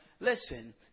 listen